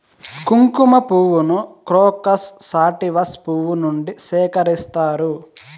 కుంకుమ పువ్వును crocus sativus పువ్వు నుండి సేకరిస్తారు